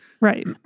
Right